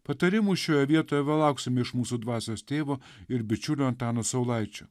patarimų šioje vietoje lauksime iš mūsų dvasios tėvo ir bičiulio antano saulaičio